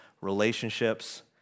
relationships